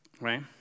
right